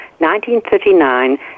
1939